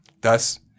Thus